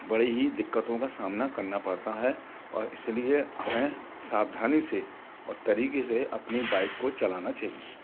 बड़े ही दिक्कतों का सामना करना पड़ता है और इस लिए हमें सावधानी से और तरीक़े से अपनी बाइक को चलाना चाहिए